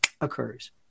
occurs